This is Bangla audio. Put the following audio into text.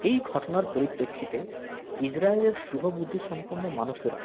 এই ঘটনার পরিপ্রেক্ষিতে ইজরায়েলের শুভবুদ্ধিসম্পন্ন মানুষেরা